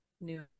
new